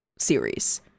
series